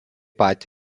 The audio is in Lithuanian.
pat